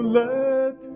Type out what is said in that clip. let